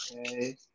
Okay